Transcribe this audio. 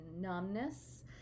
numbness